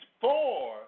four